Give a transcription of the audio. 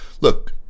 look